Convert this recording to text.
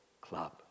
club